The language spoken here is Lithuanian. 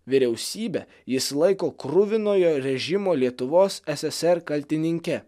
vyriausybę jis laiko kruvinojo režimo lietuvos ssr kaltininke